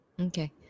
okay